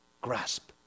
grasp